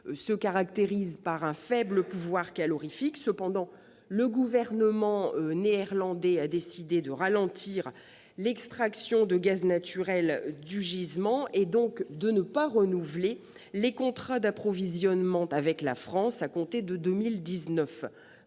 se caractérise par un faible pouvoir calorifique. Cependant, le gouvernement néerlandais a décidé de ralentir l'extraction de gaz naturel du gisement, donc de ne pas renouveler les contrats d'approvisionnement avec la France à compter de 2019.